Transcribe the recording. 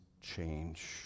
change